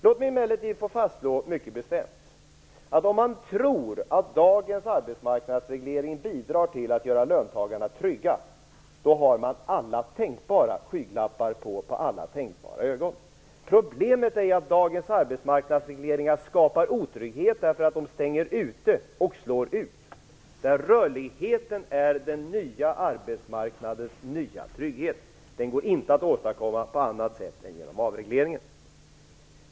Låt mig emellertid fastslå mycket bestämt, att om man tror att dagens arbetsmarknadsreglering bidrar till att göra löntagarna trygga, har man på alla tänkbara skygglappar på alla tänkbara ögon. Problemet är att dagens arbetsmarknadsregleringar skapar otrygghet därför att de stänger ute och slår ut. Rörligheten är den nya arbetsmarknadens nya trygghet. Den går inte att åstadkomma på annat sätt än genom avregleringen Herr talman!